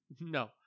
No